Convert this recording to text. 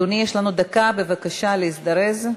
אדוני, יש לנו דקה, בבקשה להזדרז.